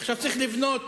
עכשיו צריך לבנות,